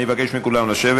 אני מבקש מכולם לשבת.